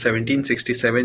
1767